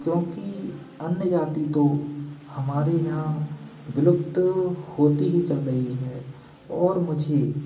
क्योंकि अन्य जाति तो हमारे यहाँ विलुप्त होती ही चल रही है और मुझे